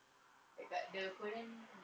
dekat the korean ni